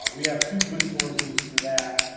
we have two good sources for that.